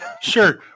Sure